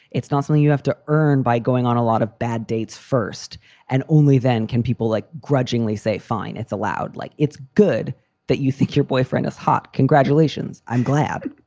it's not something you have to earn by going on a lot of bad dates. first and only then can people like grudgingly say, fine, it's allowed. like it's good that you think your boyfriend is hot. congratulations. i'm glad